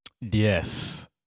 Yes